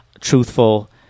truthful